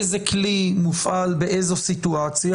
איזה כלי מופעל באיזו סיטואציה,